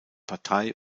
partei